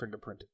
fingerprinted